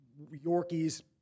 Yorkies